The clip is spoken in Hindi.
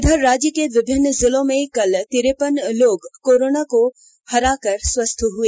इधर राज्य के विभिन्न जिलों में कल तिरेपन लोग कोरोना को हराकर स्वस्थ हुए